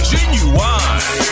Genuine